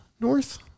north